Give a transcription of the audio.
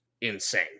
insane